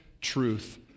truth